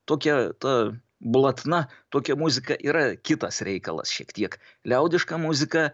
tokia ta blatna tokia muzika yra kitas reikalas šiek tiek liaudiška muzika